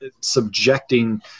subjecting